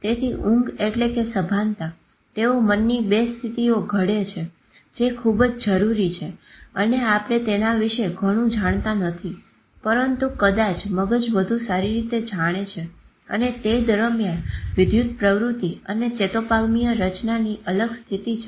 તેથી ઊંઘ એટલે કે સભાનતા તેઓ મનની બે સ્થિતિઓ ઘડે છે જે ખુબ જ જરૂરી છે અને આપણે તેના વિશે ઘણું જાણતા નથી પરંતુ કદાચ મગજ વધુ સારી રીતે જાણે છે અને તે દરમિયાન વિદ્યુત પ્રવૃત્તિ અને ચેતોપાગમીય રચનાની અલગ સ્થિતિ છે